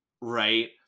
right